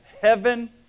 heaven